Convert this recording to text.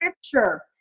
Scripture